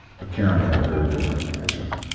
but karen had a very different reaction.